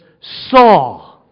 saw